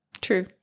true